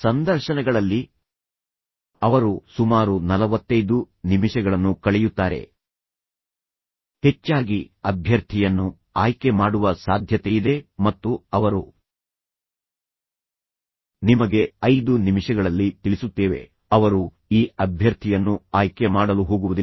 ಸಂದರ್ಶನಗಳಲ್ಲಿ ಅವರು ಸುಮಾರು 45 ನಿಮಿಷಗಳನ್ನು ಕಳೆಯುತ್ತಾರೆ ಹೆಚ್ಚಾಗಿ ಅಭ್ಯರ್ಥಿಯನ್ನು ಆಯ್ಕೆ ಮಾಡುವ ಸಾಧ್ಯತೆಯಿದೆ ಮತ್ತು ಅವರು ನಿಮಗೆ 5 ನಿಮಿಷಗಳಲ್ಲಿ ತಿಳಿಸುತ್ತೇವೆ ಅವರು ಈ ಅಭ್ಯರ್ಥಿಯನ್ನು ಆಯ್ಕೆ ಮಾಡಲು ಹೋಗುವುದಿಲ್ಲ